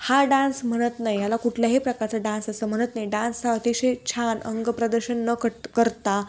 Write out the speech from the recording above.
हा डान्स म्हणत नाही याला कुठल्याही प्रकारचा डान्स असं म्हणत नाही डान्स हा अतिशय छान अंग प्रदर्शन न कट करता